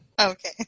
Okay